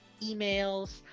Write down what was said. emails